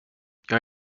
jag